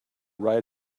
right